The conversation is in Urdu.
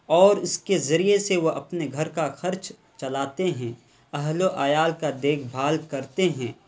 اور اس کے ذریعے سے وہ اپنے گھر کا خرچ چلاتے ہیں اہل و عیال کا دیکھ بھال کرتے ہیں